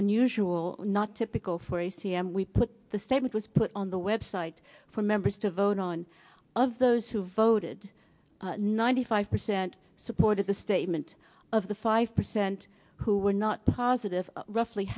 unusual not typical for a c m we put the statement was put on the website for members to vote on of those who voted ninety five percent supported the statement of the five percent who would not positive roughly